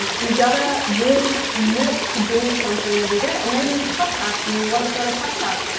um you gotta really commit to doing something every day. maybe it's podcasts and you wanna start a podcast.